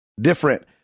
different